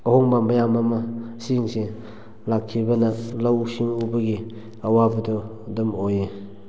ꯑꯍꯣꯡꯕ ꯃꯌꯥꯝ ꯑꯃ ꯑꯁꯤꯁꯤꯡꯁꯦ ꯂꯥꯛꯈꯤꯕꯅ ꯂꯧ ꯁꯤꯡ ꯎꯕꯒꯤ ꯑꯋꯥꯕꯗꯣ ꯑꯗꯨꯝ ꯑꯣꯏꯌꯦ